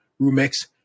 Rumex